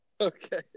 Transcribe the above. Okay